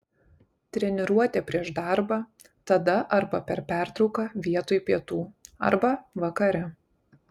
treniruotė prieš darbą tada arba per pertrauką vietoj pietų arba vakare